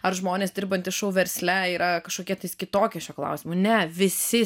ar žmonės dirbantys šou versle yra kažkokie tai kitokie šiuo klausimu ne visi